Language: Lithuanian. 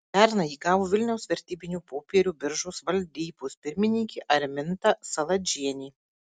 pernai jį gavo vilniaus vertybinių popierių biržos valdybos pirmininkė arminta saladžienė